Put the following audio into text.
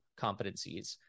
competencies